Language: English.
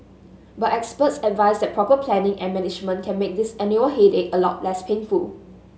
but experts advise that proper planning and management can make this annual headache a lot less painful